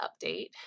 update